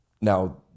Now